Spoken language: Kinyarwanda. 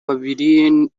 babiri